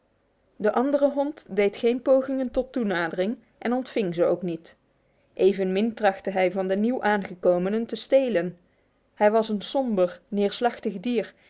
de andere hond deed geen pogingen tot toenadering en ontving ze ook niet evenmin trachtte hij van de nieuw aangekomenen te stelen hij was een somber neerslachtig dier